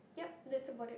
yup that's about it